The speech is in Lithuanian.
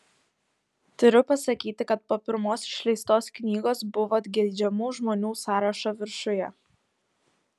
turiu pasakyti kad po pirmos išleistos knygos buvot geidžiamų žmonių sąrašo viršuje